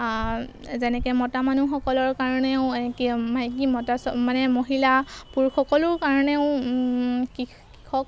যেনেকৈ মতা মানুহসকলৰ কাৰণেও এনেকৈ মানে কি মতা চব মানে মহিলা পুৰুষসকলৰ কাৰণেও কৃষক